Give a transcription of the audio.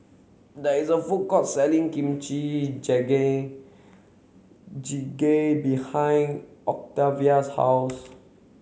there is a food court selling Kimchi Jjigae behind Octavia's house